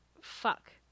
Fuck